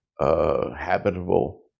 habitable